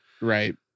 right